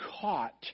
caught